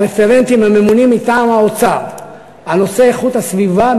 הרפרנטים הממונים מטעם האוצר על נושא איכות הסביבה,